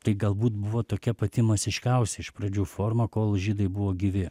tai galbūt buvo tokia pati masiškiausia iš pradžių forma kol žydai buvo gyvi